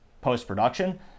post-production